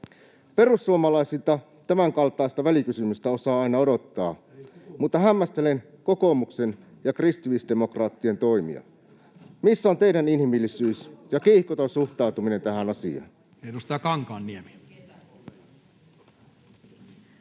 Perussuomalaisilta tämänkaltaista välikysymystä osaa aina odottaa, mutta hämmästelen kokoomuksen ja kristillisdemokraattien toimia. Missä on teidän inhimillisyytenne ja kiihkoton suhtautuminen tähän asiaan?